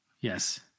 yes